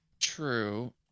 True